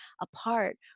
apart